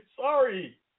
Sorry